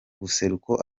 buseruko